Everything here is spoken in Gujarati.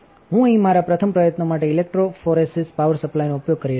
હું અહીં મારા પ્રથમ પ્રયત્નો માટે ઇલેક્ટ્રોફોરેસીસ પાવર સપ્લાયનો ઉપયોગ કરી રહ્યો છું